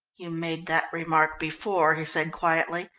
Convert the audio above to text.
you made that remark before, he said quietly.